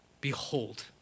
Behold